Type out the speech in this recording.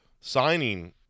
signing